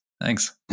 Thanks